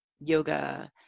yoga